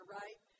right